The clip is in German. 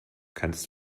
kannst